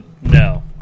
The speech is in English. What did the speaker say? no